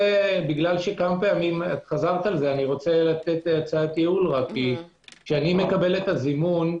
הצעת ייעול כשאני מקבל את הזימון,